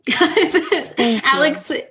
Alex